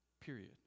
period